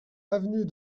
avenue